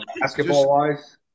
Basketball-wise